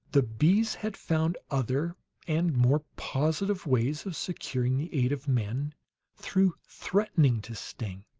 the bees had found other and more positive ways of securing the aid of men through threatening to sting.